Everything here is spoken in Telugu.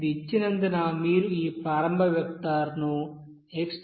ఇది ఇచ్చినందున మీరు ఈ ప్రారంభ వెక్టర్ను x 0